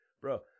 bro